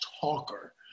talker